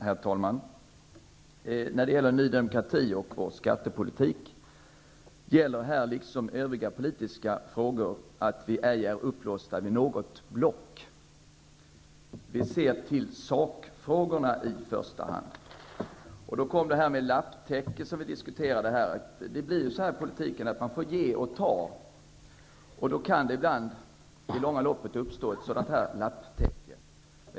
Herr talman! När det gäller Ny demokrati och skattepolitik gäller liksom i fråga om övriga politiska frågor att vi ej är upplåsta vid något block. Vi ser till sakfrågorna i första hand. Det gjordes tidigare jämförelser med ett lapptäcke. Det blir ju så i politiken att man får ge och ta, och i det långa loppet kan det då ibland uppstå ett sådant lapptäcke.